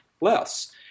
less